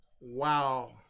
Wow